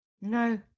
No